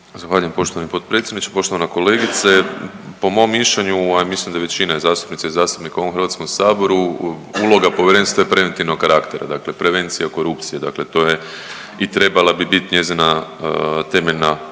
Zahvaljujem poštovani potpredsjedniče. Poštovana kolegice, po mom mišljenju a i mislim da je većina zastupnica i zastupnika u ovom Hrvatskom saboru uloga povjerenstva je preventivnog karaktera. Dakle, prevencija korupcije. Dakle, to je i trebala bi bit njezina temeljna